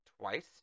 twice